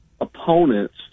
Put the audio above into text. opponents